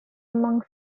among